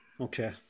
Okay